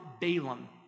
Balaam